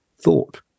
thought